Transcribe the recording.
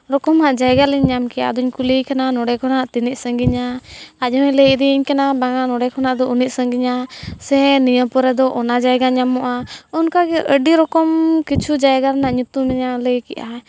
ᱨᱚᱠᱚᱢᱟᱜ ᱡᱟᱭᱜᱟ ᱞᱮ ᱧᱟᱢ ᱠᱮᱜᱼᱟ ᱟᱫᱚᱧ ᱠᱩᱞᱤᱭᱮ ᱠᱟᱱᱟ ᱱᱚᱰᱮ ᱠᱷᱚᱱᱟᱜ ᱛᱤᱱᱟᱹᱜ ᱥᱟᱺᱜᱤᱧᱟ ᱟᱡ ᱦᱚᱭ ᱞᱟᱹᱭ ᱤᱫᱤᱧᱟ ᱠᱟᱱᱟ ᱵᱟᱝᱟ ᱱᱚᱰᱮ ᱠᱷᱚᱱᱟᱜ ᱫᱚ ᱱᱩᱱᱟᱹᱜ ᱥᱟᱺᱜᱤᱧᱟ ᱥᱮ ᱱᱤᱭᱟᱹ ᱯᱚᱨᱮ ᱫᱚ ᱚᱱᱟ ᱡᱟᱭᱜᱟ ᱧᱟᱢᱚᱜᱼᱟ ᱚᱱᱟ ᱟᱹᱰᱤ ᱨᱚᱠᱚᱢ ᱡᱟᱭᱜᱟ ᱨᱮᱱᱟᱜ ᱠᱤᱪᱷᱩ ᱧᱩᱛᱩᱢ ᱞᱟᱹᱭ ᱠᱮᱜ ᱟᱭ